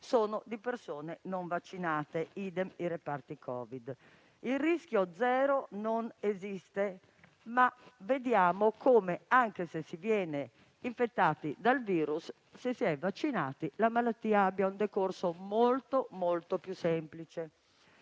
da persone non vaccinate, lo stesso vale per i reparti Covid. Il rischio zero non esiste, ma vediamo come anche se si viene infettati dal virus, se si è vaccinati, la malattia abbia un decorso molto più semplice.